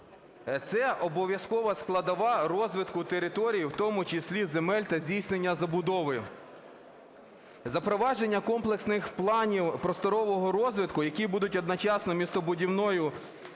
це обов'язкова складова розвитку територій, в тому числі земель та здійснення забудови. Запровадження комплексних планів просторового розвитку, які будуть одночасно містобудівною